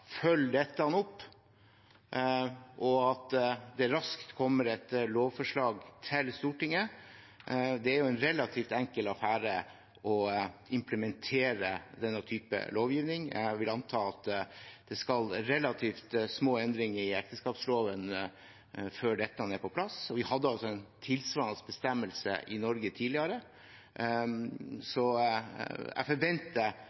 dette opp, og at det raskt kommer et lovforslag til Stortinget. Det er jo en relativt enkel affære å implementere denne type lovgivning. Jeg vil anta at det skal relativt små endringer i ekteskapsloven til før dette er på plass. Vi hadde altså en tilsvarende bestemmelse i Norge tidligere. Så jeg forventer